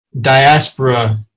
diaspora